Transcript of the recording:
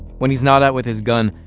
when he's not out with his gun,